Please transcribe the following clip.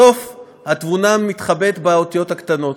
בסוף התבונה מתחבאת באותיות הקטנות.